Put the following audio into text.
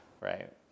Right